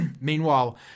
Meanwhile